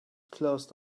closed